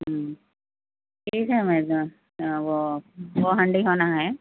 ہوں ٹھیک ہے بھئی صاحب وہ دو ہانڈی ہونا ہے